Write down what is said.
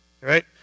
right